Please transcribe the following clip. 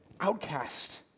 outcast